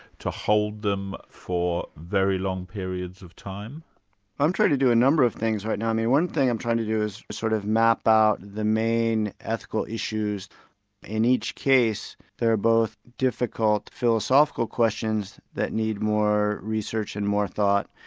to hold them for very long periods of time i'm trying to do a number of things right now. one thing i'm trying to do is sort of map out the main ethical issues in each case they're both difficult philosophical questions that need more research and more thought,